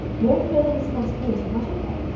no further responsibility whatever.